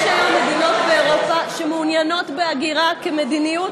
יש היום מדינות באירופה שמעוניינות בהגירה כמדיניות,